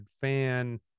fan